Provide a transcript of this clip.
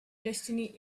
destiny